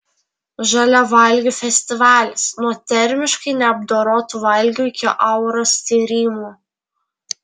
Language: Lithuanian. žaliavalgių festivalis nuo termiškai neapdorotų valgių iki auros tyrimų